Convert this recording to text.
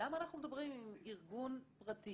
למה אנחנו מדברים עם ארגון פרטי